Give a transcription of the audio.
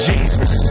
Jesus